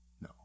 No